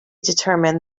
determine